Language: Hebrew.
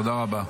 תודה רבה.